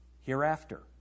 hereafter